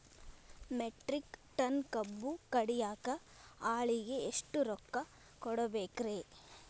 Metric ton ಕಬ್ಬು ಕಡಿಯಾಕ ಆಳಿಗೆ ಎಷ್ಟ ರೊಕ್ಕ ಕೊಡಬೇಕ್ರೇ?